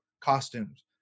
costumes